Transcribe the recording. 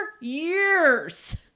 years